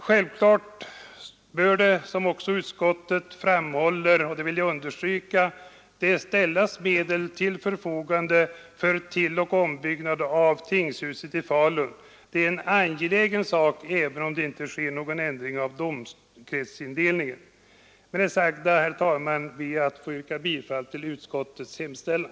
Som utskottet framhåller, bör självfallet — det vill jag understryka — medel ställas till förfogande för tilloch ombyggnad av tingshuset i Falun. Det är en angelägen sak, även utan någon ändring av domkretsindelningen. Med det sagda, herr talman, ber jag att få yrka bifall till utskottets hemställan.